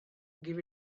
give